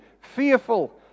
fearful